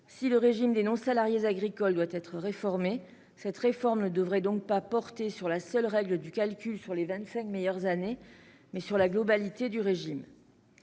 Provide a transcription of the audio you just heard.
Si le régime des non-salariés agricoles doit être réformé, cette réforme ne devrait donc pas porter sur la seule règle du calcul sur les vingt-cinq meilleures années, mais sur la globalité du régime